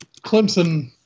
Clemson